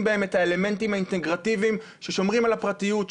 בהם את האלמנטים האינטגרטיביים ששומרים על הפרטיות,